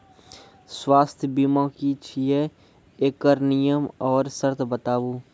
स्वास्थ्य बीमा की छियै? एकरऽ नियम आर सर्त बताऊ?